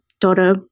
daughter